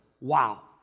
Wow